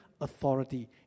authority